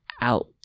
Out